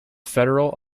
federal